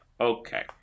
Okay